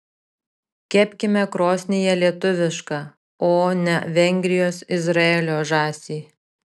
kepkime krosnyje lietuvišką o ne vengrijos izraelio žąsį